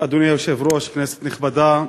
אדוני היושב-ראש, כנסת נכבדה,